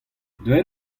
deuet